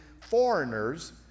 foreigners